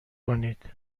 کنید